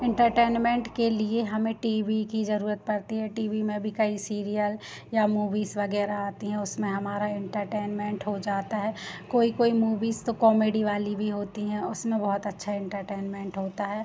entertainment के लिए हमें टी वी की ज़रूरत पड़ती है टी वी में भी कई सीरियल या मूवीस वगैरह आती हैं उसमें हमारा इंटरटेनमेंट हो जाता है कोई कोई मूवीस तो कॉमेडी वाली भी होती हैं उसमें बहुत अच्छा इंटरटेनमेंट होता है